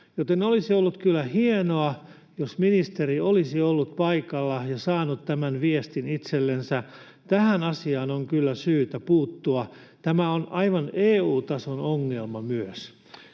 Olisi ollut kyllä hienoa, jos ministeri olisi ollut paikalla ja saanut tämän viestin itsellensä. Tähän asiaan on kyllä syytä puuttua. Tämä on aivan EU-tason ongelma myös.